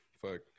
fuck